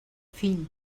fill